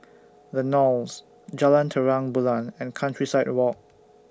The Knolls Jalan Terang Bulan and Countryside Walk